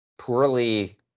Poorly